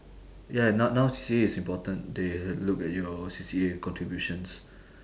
ya no~ now C_C_A is important they l~ look at your C_C_A contributions